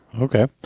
okay